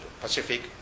Pacific